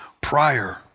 prior